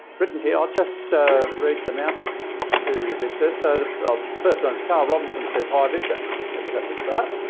written here, i'll just ah read them out to you victor. so the first one's carl robinson says hi victor that was at the start